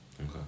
Okay